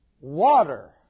Water